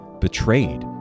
betrayed